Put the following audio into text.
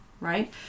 Right